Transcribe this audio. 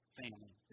family